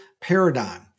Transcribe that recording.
paradigm